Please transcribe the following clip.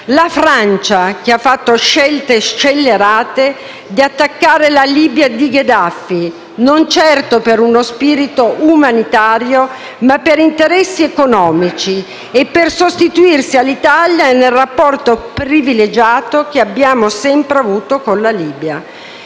la Francia che ha fatto scelte scellerate, come attaccare la Libia di Gheddafi, non certo per uno spirito umanitario ma per interessi economici e per sostituirsi all'Italia nel rapporto privilegiato che abbiamo sempre avuto con la Libia.